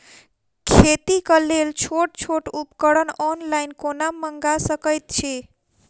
खेतीक लेल छोट छोट उपकरण ऑनलाइन कोना मंगा सकैत छी?